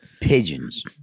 pigeons